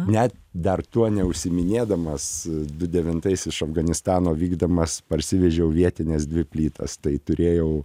net dar tuo neužsiminėdamas du devintais iš afganistano vykdamas parsivežiau vietines dvi plytas tai turėjau